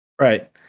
Right